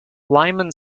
lyman